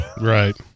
right